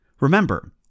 Remember